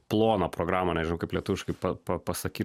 ploną programą nežinau kaip lietuviškai pa pa pasakyt